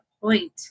point